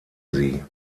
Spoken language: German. sie